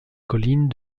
colline